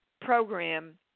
program